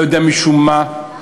לא יודע משום מה,